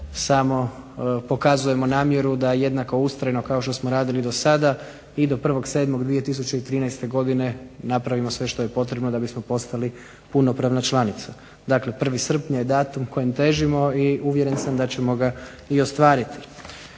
samo pokazujemo namjeru da jednako ustrajno kao što radili do sada i do 1.7.2013. godine napravimo sve što je potrebno da bismo postali punopravna članica. Dakle 1. srpnja je datum kojem težimo i uvjeren sam da ćemo ga i ostvariti.